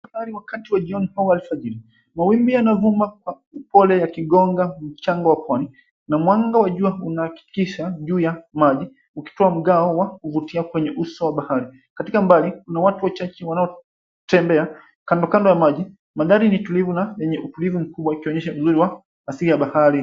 ...shari wakati wa jioni au alfajiri. Mawimbi yanavuma kwa upole yakigonga mchanga wa pwani na mwanga wa jua unahakikisha juu ya maji, ukitoa mgao wa kuvutia kwenye uso wa bahari. Katika mbali kuna watu wachache wanaotembea kando kando ya maji. Magari ni tulivu na yenye upulivu mkubwa ikionyesha uzuri wa asili ya bahari.